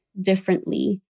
differently